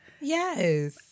Yes